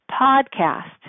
podcast